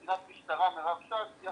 נמצאת איתי גם קצינת המשטרה מירב שת שהיא